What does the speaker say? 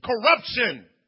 corruption